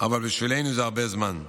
אבל בשבילנו זה הרבה זמן.